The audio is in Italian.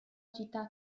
città